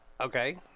okay